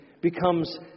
becomes